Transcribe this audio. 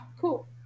cool